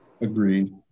Agreed